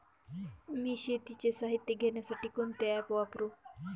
मी शेतीचे साहित्य घेण्यासाठी कोणते ॲप वापरु?